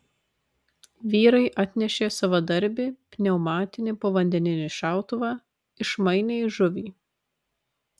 vyrai atnešė savadarbį pneumatinį povandeninį šautuvą išmainė į žuvį